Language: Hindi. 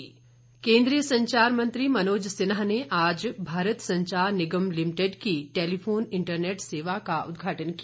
मनोज सिन्हा केन्द्रीय संचार मंत्री मनोज सिन्हा ने आज भारत संचार निगम लिमिटेड की टेलीफोन इंटरनेट सेवा का उदघाटन किया